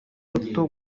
ruto